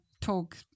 talk